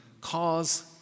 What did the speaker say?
cause